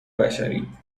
بشری